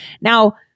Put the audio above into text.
Now